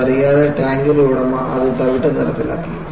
അത് അറിയാതെ ടാങ്കിന്റെ ഉടമ അത് തവിട്ട് നിറത്തിലാക്കി